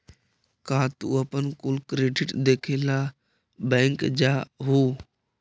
का तू अपन कुल क्रेडिट देखे ला बैंक जा हूँ?